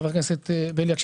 חבר הכנסת בליאק,